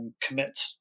commit